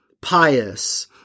pious